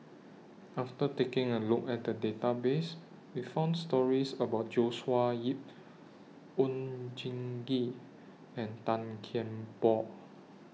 after taking A Look At The Database We found stories about Joshua Ip Oon Jin Gee and Tan Kian Por